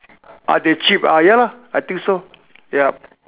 ah they cheep uh ya I think so yup